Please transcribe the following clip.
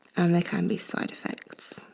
and there can be side effects.